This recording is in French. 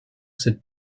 cette